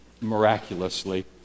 miraculously